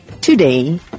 today